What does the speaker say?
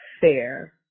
fair